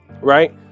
Right